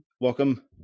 Welcome